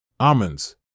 Almonds